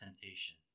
temptation